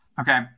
Okay